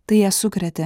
tai ją sukrėtė